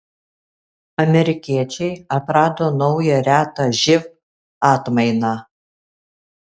amerikiečiai atrado naują retą živ atmainą